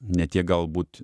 ne tik galbūt